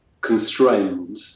constrained